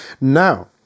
Now